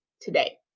today